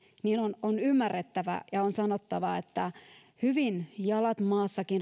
niin on on ymmärrettävä ja on sanottava että hyvin realistiset jalat maassa